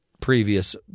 previous